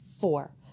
Four